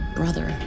brother